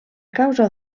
causa